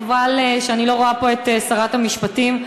חבל שאני לא רואה פה את שרת המשפטים.